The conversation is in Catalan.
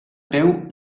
peu